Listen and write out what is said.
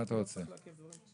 אז אנחנו נקריא ככה: